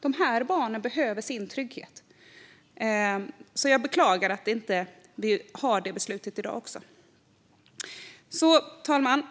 Dessa barn behöver sin trygghet. Jag beklagar att vi inte har detta beslut i dag också. Fru talman!